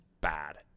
bad